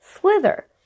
slither